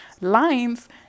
lines